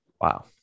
Wow